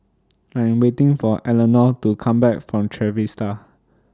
I Am waiting For Elenor to Come Back from Trevista